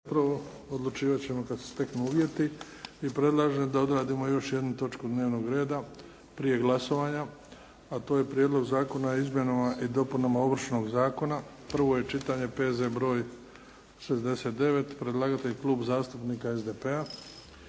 **Bebić, Luka (HDZ)** I predlažem da odradimo još jednu točku dnevnog reda prije glasovanja, a to je - Prijedlog zakona o Izmjenama i dopunama Ovršnog zakona, prvo čitanje, P.Z. br.69 Predlagatelj zakona je Klub zastupnika SDP-a.